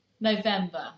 November